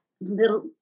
little